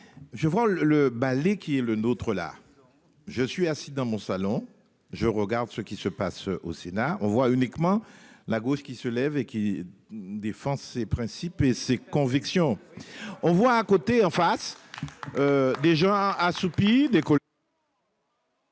Je vois le ballet qui est le nôtre, là je suis assis dans mon salon je regarde ce qui se passe au Sénat on voit uniquement la gauche qui se lève et qui défend ses principes et ses convictions. On voit à côté en face. Déjà assoupi d'école.